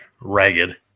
ragged